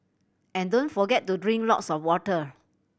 and don't forget to drink lots of water